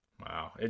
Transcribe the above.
Wow